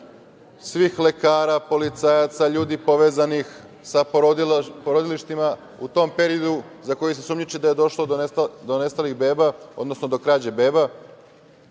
svih lekara, policajaca, ljudi povezanih sa porodilištima u tom periodu, za koje se sumnjiči da je došlo do nestalih beba, odnosno do krađe beba